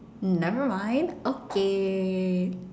never mind okay